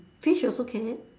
fish also can